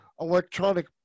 electronic